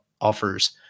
offers